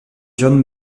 john